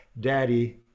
daddy